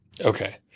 Okay